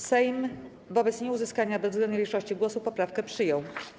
Sejm wobec nieuzyskania bezwzględnej większości głosów poprawkę przyjął.